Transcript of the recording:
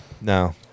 no